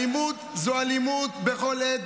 אלימות זו אלימות בכל עת,